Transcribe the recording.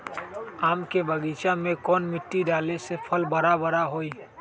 आम के बगीचा में कौन मिट्टी डाले से फल बारा बारा होई?